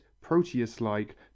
proteus-like